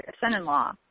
son-in-law